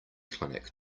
clinic